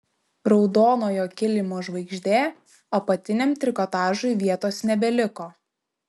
raudonojo kilimo žvaigždė apatiniam trikotažui vietos nebeliko